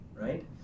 right